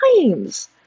times